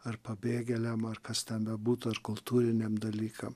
ar pabėgėliam ar kas ten bebūtų ar kultūriniam dalykam